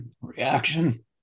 reaction